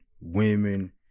women